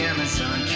Amazon